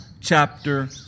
chapter